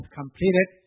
completed